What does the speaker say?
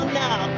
now